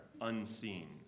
unseen